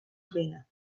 cleaner